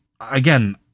again